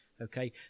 Okay